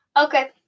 Okay